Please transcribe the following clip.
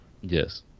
Yes